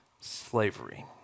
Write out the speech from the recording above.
slavery